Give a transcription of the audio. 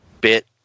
bit